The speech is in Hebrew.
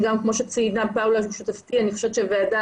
כמו שציינה פאולה שותפתי אני חושבת שהוועדה